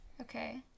Okay